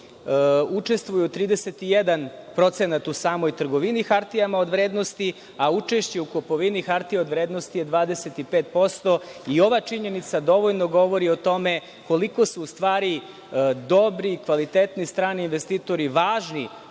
učestvuju u 31% u samoj trgovini hartijama od vrednosti, a učešće u kupovini hartija od vrednosti je 25%. Ova činjenica dovoljno govori o tome koliko su u stvari dobri, kvalitetni strani investitori važni